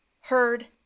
heard